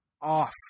off